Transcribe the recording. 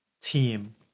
team